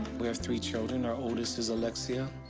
we have three children, our oldest is alexcia,